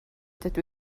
dydw